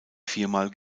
viermal